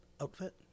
outfit